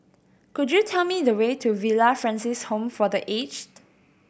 could you tell me the way to Villa Francis Home for The Aged